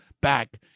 back